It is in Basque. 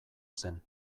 zen